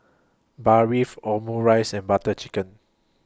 Barfi Omurice and Butter Chicken